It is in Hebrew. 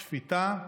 שפיטה,